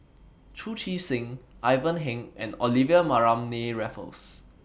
Chu Chee Seng Ivan Heng and Olivia Mariamne Raffles